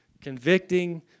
convicting